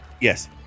Yes